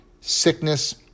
sickness